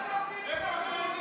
אתם מחרימים אותנו.